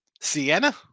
Sienna